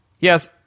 Yes